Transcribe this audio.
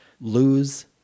lose